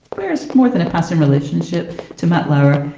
bears more than a passing relationship to matt lauer.